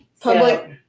public